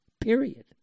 period